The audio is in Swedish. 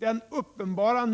Att se den fattigdomen och den uppenbara